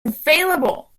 available